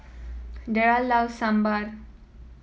Derald loves Sambar